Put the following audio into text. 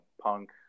punk